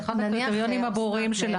זה אחד הקריטריונים הברורים שלנו.